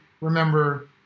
remember